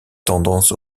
tendance